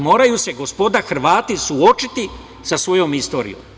Moraju se gospoda Hrvati suočiti sa svojom istorijom.